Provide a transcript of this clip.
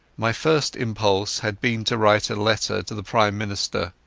my first impulse had been to write a letter to the prime minister,